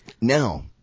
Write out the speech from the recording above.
now